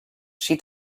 she